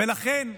ולכן,